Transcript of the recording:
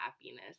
happiness